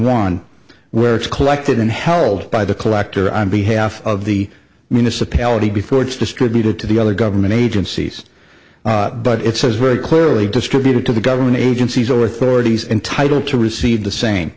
one where it's collected and held by the collector on behalf of the municipality before it's distributed to the other government agencies but it says very clearly distributed to the government agencies or authorities in title to receive the same